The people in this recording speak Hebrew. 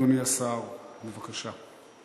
אדוני השר, בבקשה.